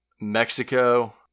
Mexico